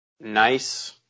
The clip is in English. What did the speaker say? Nice